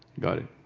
got it.